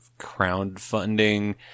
crowdfunding